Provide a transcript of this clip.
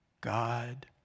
God